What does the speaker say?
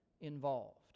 involved